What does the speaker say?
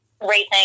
racing